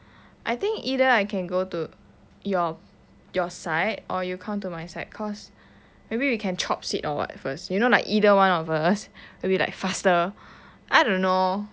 I think either I can go to your your side or you come to my side cause maybe we can chope seat or what first you know like either one of us will be like faster I don't know